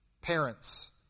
parents